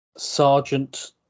sergeant